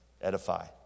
edify